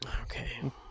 Okay